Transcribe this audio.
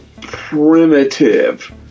primitive